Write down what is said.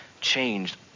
changed